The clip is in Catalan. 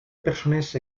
persones